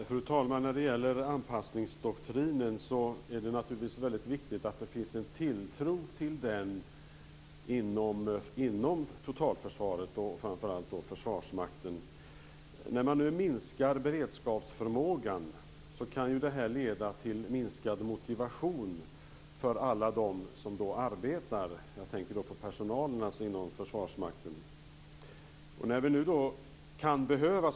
Fru talman! Det är naturligtvis viktigt att det inom totalförsvaret och framför allt Försvarsmakten finns en tilltro till anpassningsdoktrinen. När man nu minskar beredskapsförmågan kan det leda till minskad motivation för alla dem som arbetar inom Försvarsmakten, dvs. personalen.